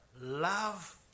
love